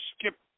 skip